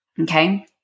Okay